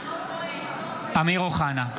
(קורא בשמות חברי הכנסת) אמיר אוחנה,